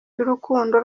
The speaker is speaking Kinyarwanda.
ry’urukundo